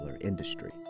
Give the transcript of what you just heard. industry